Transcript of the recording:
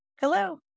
Hello